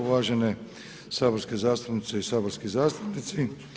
Uvažene saborske zastupnice i saborski zastupnici.